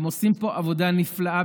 הם עושים פה עבודה נפלאה,